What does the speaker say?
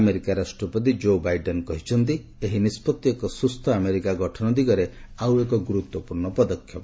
America ରାଷ୍ଟ୍ରପତି Joe Biden କହିଛନ୍ତି ଏହି ନିଷ୍ପଭି ଏକ ସୁସ୍ଥ ଆମେରିକା ଗଠନ ଦିଗରେ ଆଉ ଏକ ଗୁରୁତ୍ୱପୂର୍ଣ୍ଣ ପଦକ୍ଷେପ